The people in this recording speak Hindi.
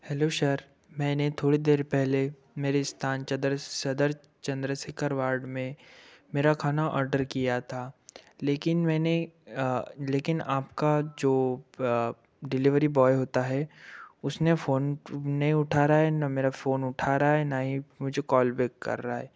हैलो सर मैंने थोड़ी देर पहले मेरे स्थान चदर सदर चन्द्रशेखर वार्ड में मेरा खाना ऑर्डर किया था लेकिन मैंने लेकिन आपका जो प डिलीवरी बॉय होता है उसने फ़ोन नहीं उठा रहा है ना मेरा फ़ोन उठा रहा है न ही मुझे कॉलबैक कर रहा है